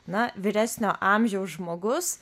na vyresnio amžiaus žmogus